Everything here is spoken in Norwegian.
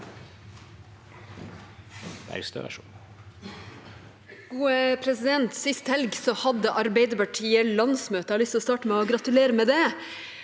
Sist helg hadde Ar- beiderpartiet landsmøte. Jeg har lyst til å starte med å gratulere med det.